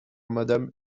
madame